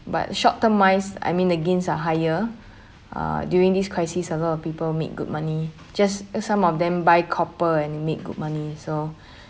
but short-term wise I mean the gains are higher uh during this crisis a lot of people make good money just uh some of them buy copper and make good money so